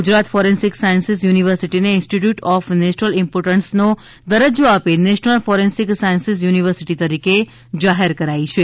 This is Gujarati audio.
ગુજરાત ફોરેન્સિક સાયન્સીઝ યુનીવર્સીટીને ઇન્સ્ટીટયુટ ઓફ નેશનલ ઇમ્પોર્ટન્સનો દરજ્જો આપી નેશનલ ફોરેન્સિક સાઇન્સીઝ યુનિવર્સિટી તરીકે જાહેર કરાઇ છે